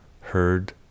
heard